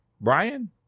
Brian